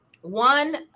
one